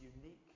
unique